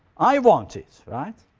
i want it. right?